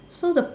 so the